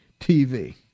TV